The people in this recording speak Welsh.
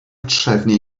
trefnu